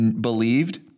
believed